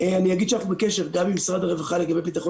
אני אגיד שאנחנו בקשר גם עם משרד הרווחה לגבי ביטחון